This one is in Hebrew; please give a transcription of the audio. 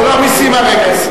כל המסים הרגרסיביים.